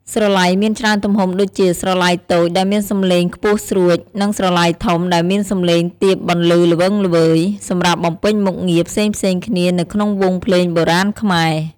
ស្រឡៃមានច្រើនទំហំដូចជា ស្រឡៃតូច ដែលមានសំឡេងខ្ពស់ស្រួច និង ស្រឡៃធំ ដែលមានសំឡេងទាបបន្លឺល្វឹងល្វើយ សម្រាប់បំពេញមុខងារផ្សេងៗគ្នានៅក្នុងវង់ភ្លេងបុរាណខ្មែរ។